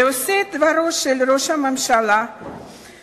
שעושה את דברו של ראש הממשלה וכלכלה,